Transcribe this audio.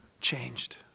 changed